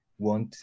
want